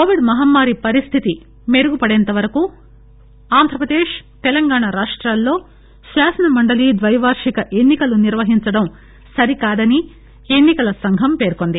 Covid మహమ్మారి పరిస్థితి మెరుగుపడేంతవరకు ఆంధ్రప్రదేశ్ తెలంగాణ రాష్టాల్లో శాసన మండలి ద్వైవార్షిక ఎన్ని కలు నిర్వహించడం సరికాదని ఎన్ని కల సంఘం పేర్కొంది